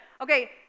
Okay